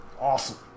Awesome